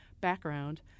background